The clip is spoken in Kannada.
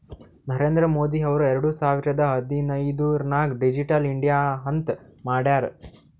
ನರೇಂದ್ರ ಮೋದಿ ಅವ್ರು ಎರಡು ಸಾವಿರದ ಹದಿನೈದುರ್ನಾಗ್ ಡಿಜಿಟಲ್ ಇಂಡಿಯಾ ಅಂತ್ ಮಾಡ್ಯಾರ್